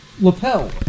lapel